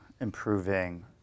improving